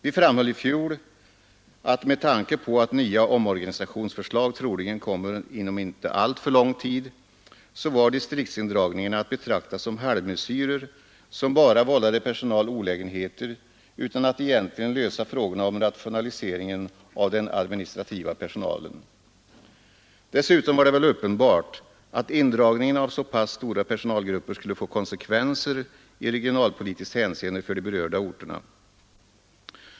Vi framhöll i fjol att med tanke på att nya omorganisationsförslag troligen kommer inom inte alltför lång tid så var distriktsindragningarna att betrakta som halvmesyrer som bara vållade personal olägenheter utan att egentligen lösa frågorna om rationaliseringen av den administrativa personalen. Dessutom var det väl uppenbart att indragningen av så pass stora personalgrupper skulle få konsekvenser i regionalpolitiskt hänseende för de berörda orterna.